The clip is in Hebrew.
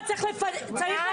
ננעלה בשעה 13:34.